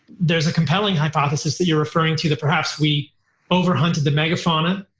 there's a compelling hypothesis that you're referring to that perhaps we over hunted the megafauna.